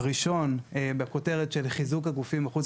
הראשון בכותרת של חיזוק הגופים החוץ